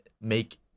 make